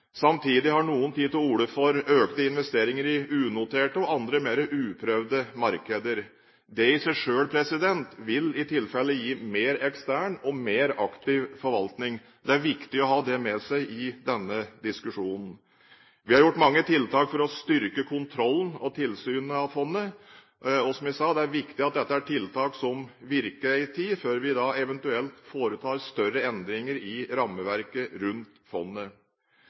Samtidig har noen tatt til orde for økte investeringer i unoterte og andre mer uprøvde markeder. Det i seg selv vil i tilfelle gi mer ekstern og mer aktiv forvaltning. Det er viktig å ha det med seg i denne diskusjonen. Vi har gjort mange tiltak for å styrke kontrollen og tilsynet av fondet. Som jeg sa, det er viktig at dette er tiltak som virker en tid, før vi eventuelt foretar større endringer i rammeverket rundt fondet.